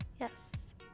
Yes